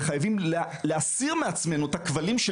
וחייבים להסיר מעצמנו את הכבלים של